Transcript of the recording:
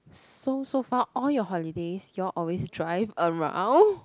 so so far all your holidays you all always drive around